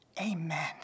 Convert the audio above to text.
Amen